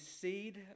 seed